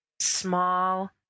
small